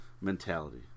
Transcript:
mentality